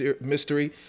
mystery